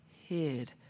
hid